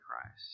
Christ